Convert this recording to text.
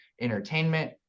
entertainment